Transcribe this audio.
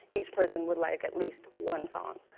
each person would like at least one song.